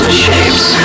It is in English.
shapes